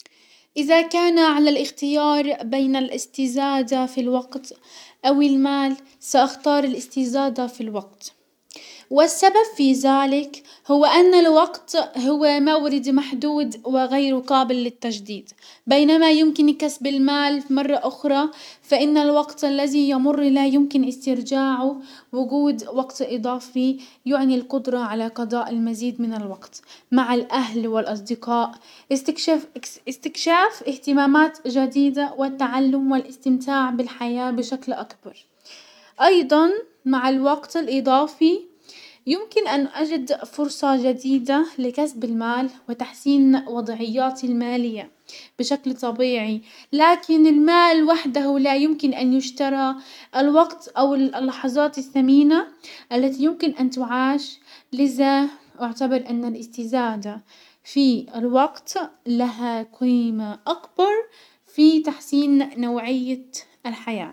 ازا كان على الاختيار بين الاستزادة في الوقت او المال ساختار الاستزادة في الوقت. والسبب في زلك هو ان الوقت هو موردي محدود وغير قابل للتجديد، بينما يمكن كسب المال مرة اخرى، فان الوقت الذي يمر لا يمكن استرجاعه. وجود وقت اضافي يعني القدرة على قضاء المزيد من الوقت مع الاهل والاصدقاء استكشاف-استكشاف اهتمامات جديدة والتعلم والاستمتاع بالحياة بشكل اكبر، ايضا مع الوقت الاضافي يمكن ان اجد فرصة جديدة لكسب المال وتحسين وضعياتي المالية بشكل طبيعي، لكن المال وحده لا يمكن ان يشترى الوقت او اللحظات السمينة التي يمكن ان تعاش، لذا اعتبر ان الاستزادة في الوقت لها قيمة اكبر في تحسين نوعية الحياة.